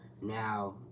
Now